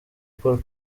paul